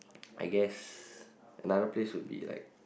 I guess another place would be like